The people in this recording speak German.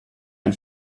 ein